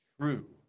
true